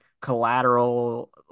Collateral